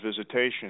visitation